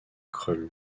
krull